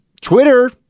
twitter